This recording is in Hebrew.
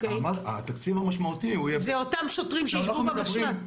התקציב המשמעותי הוא יהיה --- זה אותם שוטרים שישבו במשל"ט?